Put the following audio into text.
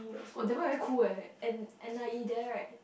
oh that one very cool eh N N_I_E there right